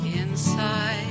inside